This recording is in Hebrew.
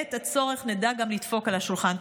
ובעת הצורך נדע גם לדפוק על השולחן.